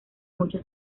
mucho